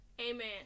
Amen